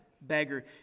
beggar